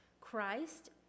Christ